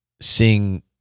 seeing